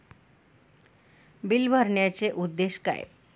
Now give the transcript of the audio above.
Bill भरण्याचे उद्देश काय?